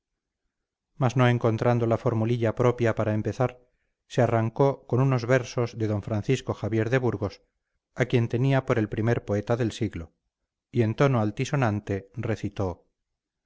mas no encontrando la formulilla propia para empezar se arrancó con unos versos de d francisco javier de burgos a quien tenía por el primer poeta del siglo y en tono altisonante recitó